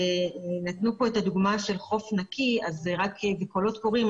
ונתנו פה את הדוגמה של חוף נקי בקולות קוראים.